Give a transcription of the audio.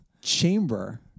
chamber